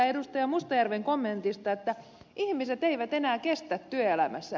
mustajärven kommentista että ihmiset eivät enää kestä työelämässä